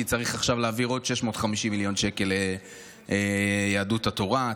כי צריך עכשיו להעביר עוד 650 מיליון שקל ליהדות התורה.